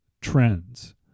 trends